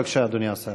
בבקשה, אדוני השר.